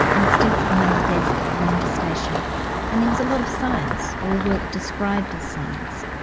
and stints behind the desk at the ranger station and there was a lot of science, or work described as science.